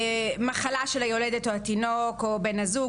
מחלה של היולדת או התינוק או בן הזוג,